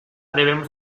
debemos